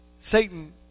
Satan